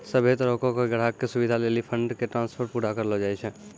सभ्भे तरहो के ग्राहको के सुविधे लेली फंड ट्रांस्फर के पूरा करलो जाय छै